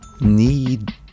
need